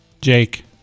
Jake